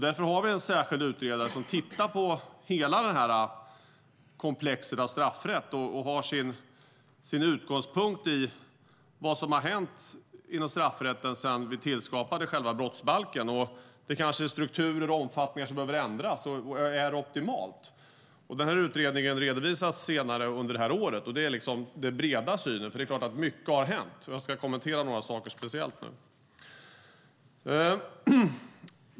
Därför har vi en särskild utredare som tittar på hela komplexet av straffrätt och har sin utgångspunkt i vad som har hänt inom straffrätten sedan vi tillskapade själva brottsbalken. Det är kanske strukturer och omfattningar som behöver ändras så att det blir optimalt. Den utredningen ska redovisas senare under året. Det är den breda synen, för det är klart att mycket har hänt. Jag ska kommentera några saker speciellt.